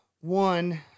one